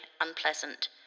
unpleasant